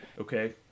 Okay